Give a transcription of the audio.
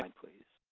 um please.